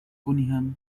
cunningham